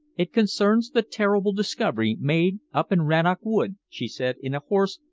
it concerns the terrible discovery made up in rannoch wood, she said in a hoarse,